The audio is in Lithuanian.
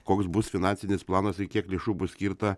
koks bus finansinis planas kiek lėšų bus skirta